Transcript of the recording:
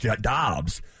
Dobbs